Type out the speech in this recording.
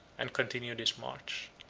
and continued his march.